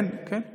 כן?